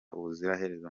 ubuziraherezo